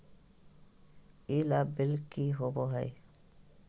ई लाभ बिल की होबो हैं?